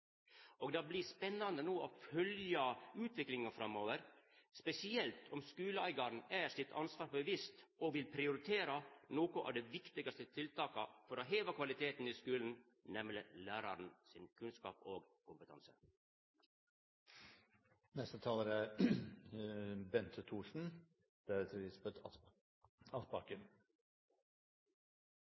Det blir spennande å følgja utviklinga framover, spesielt om skuleeigarane er sitt ansvar bevisst og vil prioritera nokre av dei viktigaste tiltaka for å heva kvaliteten i skulen, nemleg læraren sin kunnskap og